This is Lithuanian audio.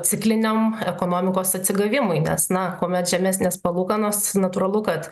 cikliniam ekonomikos atsigavimui nes na kuomet žemesnės palūkanos natūralu kad